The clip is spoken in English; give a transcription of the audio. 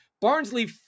Barnsley